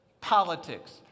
politics